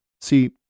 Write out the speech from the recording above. See